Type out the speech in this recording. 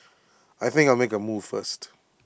I think I'll make A move first